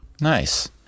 Nice